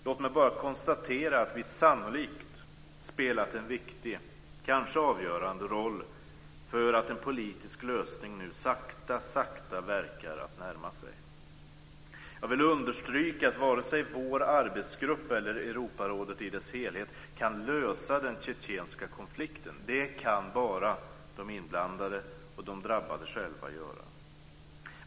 Låt mig bara konstatera att vi sannolikt spelat en viktig, kanske avgörande, roll för att en politisk lösning nu sakta verkar närma sig. Jag vill understryka att varken vår arbetsgrupp eller Europarådet i dess helhet kan lösa den tjetjenska konflikten. Det kan bara de inblandade och de drabbade själva göra.